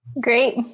great